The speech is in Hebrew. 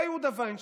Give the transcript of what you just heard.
בא יהודה וינשטיין,